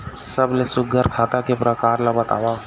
सबले सुघ्घर खाता के प्रकार ला बताव?